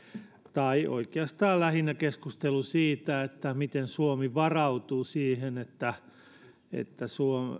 tai oikeastaan lähinnä keskustelu siitä miten suomi varautuu siihen että että